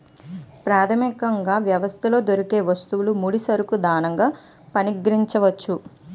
ప్రాథమికంగా వ్యవస్థలో దొరికే వస్తువులు ముడి సరుకులు ధనంగా పరిగణించవచ్చు